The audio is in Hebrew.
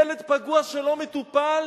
ילד פגוע שלא מטופל